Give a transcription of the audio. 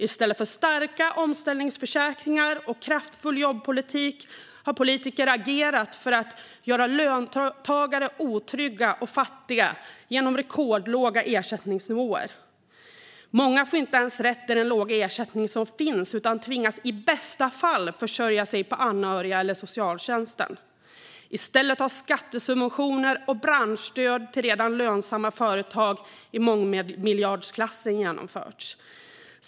I stället för starka omställningsförsäkringar och kraftfull jobbpolitik har politiker agerat för att göra löntagare otrygga och fattiga genom rekordlåga ersättningsnivåer. Många får inte ens rätt till den låga ersättning som finns utan tvingas i bästa fall försörja sig på anhöriga eller socialtjänsten. I stället har skattesubventioner och branschstöd till redan lönsamma företag i mångmiljardklassen genomförts.